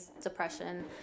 depression